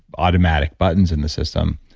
automatic buttons in the system.